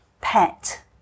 pet